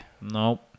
Nope